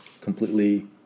Completely